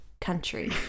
Country